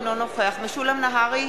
אינו נוכח משולם נהרי,